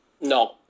no